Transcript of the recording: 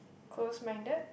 close minded